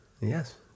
yes